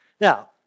Now